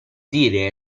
dire